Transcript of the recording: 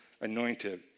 anointed